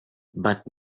but